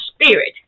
spirit